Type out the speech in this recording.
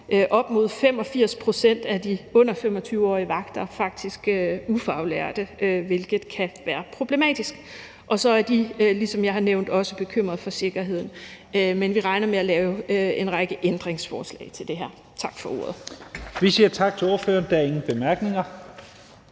op mod 85 pct. af de under 25-årige vagter faktisk ufaglærte, hvilket kan være problematisk. Og så er de – ligesom jeg har nævnt – også bekymret for sikkerheden. Men vi regner med at lave en række ændringsforslag til det her. Tak for ordet. Kl. 16:14 Første næstformand (Leif Lahn Jensen):